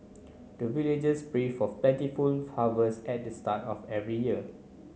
the villagers pray for plentiful harvest at the start of every year